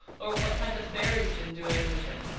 or what had the fairies been doing with him,